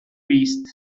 vist